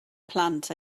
plant